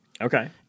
Okay